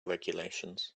regulations